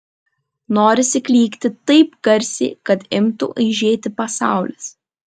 norisi klykti taip garsiai kad imtų aižėti pasaulis